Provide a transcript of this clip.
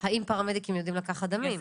השירות של לקיחת דם בבית הלקוח,